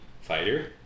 fighter